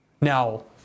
Now